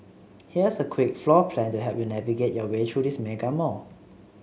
here's a quick floor plan to help you navigate your way through this mega mall